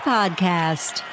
Podcast